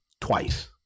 twice